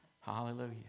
Hallelujah